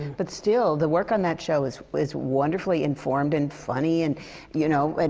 but still, the work on that show is is wonderfully informed and funny. and you know. and